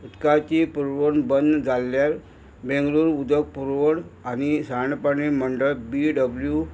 उदकाची पुरवण बंद जाल्ल्यार बेंगलोर उदक पुरवण आनी साणपाणी मंडळ बी डब्ल्यू